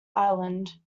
island